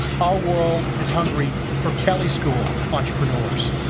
our world is hungry for kelley school entrepreneurs.